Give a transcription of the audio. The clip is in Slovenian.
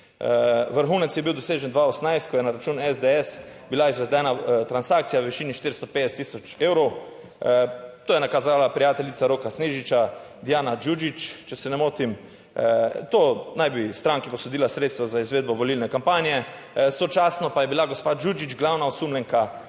Vrhunec je bil dosežen 2018, ko je na račun SDS bila izvedena transakcija v višini 450 tisoč evrov. To je nakazala prijateljica Roka Snežiča Dijana Đuđić, če se ne motim. To naj bi stranki posodila sredstva za izvedbo volilne kampanje, sočasno pa je bila gospa Đuđić glavna osumljenka